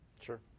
Sure